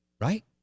Right